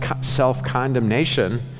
self-condemnation